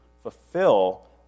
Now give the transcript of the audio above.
fulfill